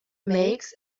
makes